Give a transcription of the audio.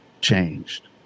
changed